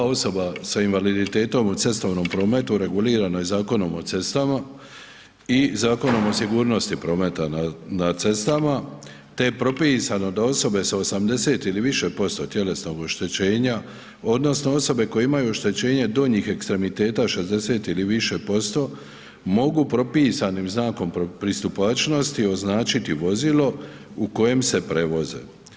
osoba sa invaliditetom u cestovnom prometu regulirano je Zakonom o cestama i Zakonom o sigurnosti prometa na cestama te je propisano da osobe sa 80 ili više posto tjelesnog oštećenja odnosno osobe koje imaju oštećenje donjih ekstremiteta 60 ili više posto mogu propisanom znakom pristupačnosti označiti vozilo u kojem se prevoze.